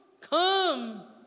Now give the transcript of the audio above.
come